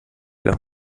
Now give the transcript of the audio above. los